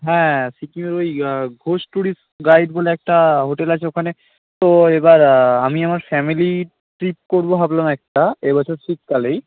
হ্যাঁ সিকিমের ওই ঘোষ ট্যুরিস্ট গাইড বলে একটা হোটেল আছে ওখানে তো এবার আমি আমার ফ্যামিলি ট্রিপ করবো ভাবলাম একটা এবছর শীতকালেই